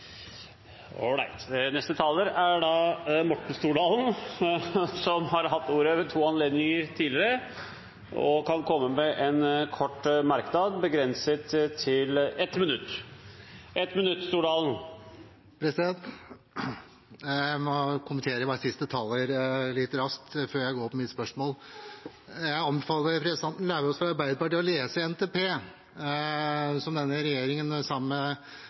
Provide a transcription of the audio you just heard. Morten Stordalen har hatt ordet to ganger tidligere og får ordet til en kort merknad, begrenset til 1 minutt. Jeg må bare kommentere siste taler litt raskt før jeg går over på mitt spørsmål. Jeg anbefaler representanten Lauvås fra Arbeiderpartiet å lese NTP-en som denne regjeringen, de fire partiene, la fram. Så kan man sammenligne med